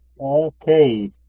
Okay